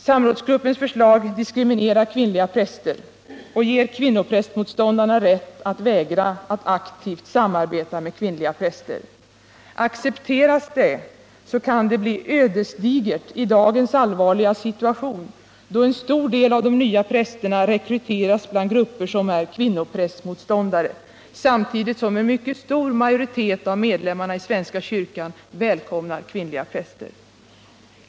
Samrådsgruppens förslag diskriminerar kvinnliga präster och ger kvinnoprästmotståndarna rätt att vägra att aktivt samarbeta med kvinnliga präster. Accepteras detta kan det bli ödesdigert i dagens allvarliga situation, då en stor del av de nya prästerna rekryteras bland grupper som är kvinnoprästmotståndare samtidigt som en mycket stor majoritet av svenska kyrkans medlemmar välkomnar kvinnliga präster.